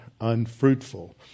unfruitful